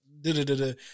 da-da-da-da